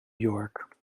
york